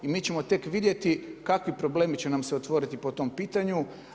I mi ćemo tek vidjeti kakvi problemi će nam se otvoriti po tom pitanju.